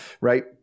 Right